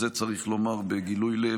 ואת זה צריך לומר בגילוי לב,